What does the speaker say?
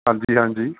ਹਾਂਜੀ ਹਾਂਜੀ